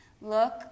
Look